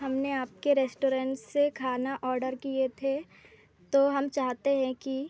हमने आपके रेस्टोरेन से खाना ऑडर किए थे तो हम चाहते हैं कि